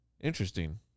Interesting